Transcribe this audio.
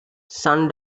sun